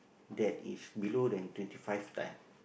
that is below than twenty five time